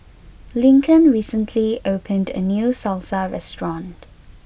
Lincoln recently opened a new Salsa restaurant